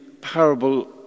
parable